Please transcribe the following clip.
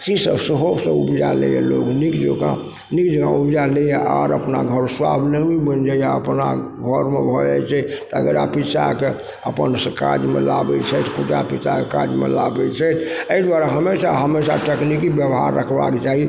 ई सभ सेहो सब उपजा लैइए लोक नीक जकाँ नीक जकाँ उपजा लइए आओर अपना घर स्वावलम्बी बनि जाइए अपना घरमे भऽ जाइ छै एकरा पिसाके अपन से काजमे लाबय छथि कुटा पिसाके काजमे लाबय छै अइ दुआरे हमेशा हमेशा तकनीकी व्यवहार रखबाके चाही